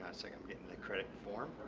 ah like i'm getting the credit form.